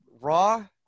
Raw